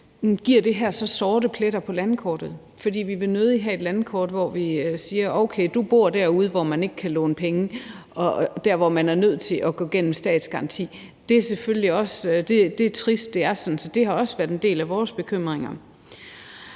til om det her så giver sorte pletter på landkortet. For vi vil nødig have et landkort, hvor vi siger: Okay, du bor derude, hvor man ikke kan låne penge, og der, hvor man er nødt til at gå igennem en statsgaranti. Det er trist, at det er sådan. Så det har også været en del af vores bekymringer.